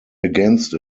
against